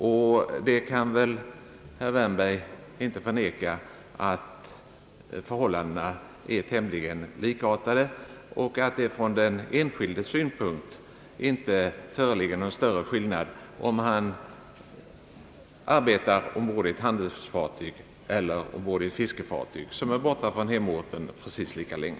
Herr Wärnberg kan väl inte förneka, att förhållandena är tämligen likartade och att det från den enskildes synpunkt inte föreligger någon större skillnad om han arbetar ombord på ett handelsfartyg eller ombord på ett fiskefartyg, som är borta från hemorten precis lika länge.